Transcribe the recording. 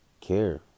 care